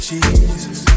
Jesus